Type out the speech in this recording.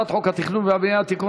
הצעת חוק התכנון והבנייה (תיקון,